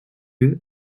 eux